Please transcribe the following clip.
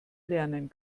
lernen